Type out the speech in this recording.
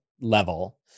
level